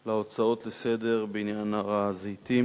על הצעות לסדר-היום בעניין הר-הזיתים